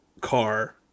car